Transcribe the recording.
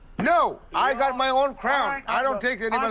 no, i got my own crown! and i don't take anyone